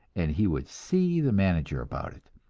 and he would see the manager about it.